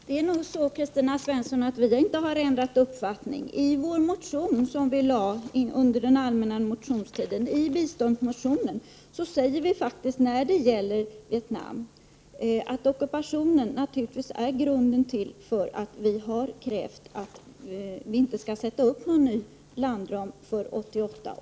Herr talman! Vi har inte ändrat uppfattning, Kristina Svensson. I vår biståndsmotion, som vi väckte under den allmänna motionstiden, säger vi faktiskt när det gäller Vietnam att ockupationen naturligtvis är grunden för att vi har krävt att man inte skall sätta upp någon ny landram för 1988/89.